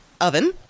oven